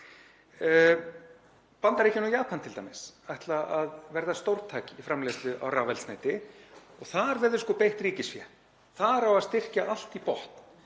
Bandaríkin og Japan ætla t.d. að verða stórtæk í framleiðslu á rafeldsneyti og þar verður sko beitt ríkisfé. Þar á að styrkja allt í botn.